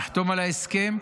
נחתום על ההסכם,